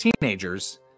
teenagers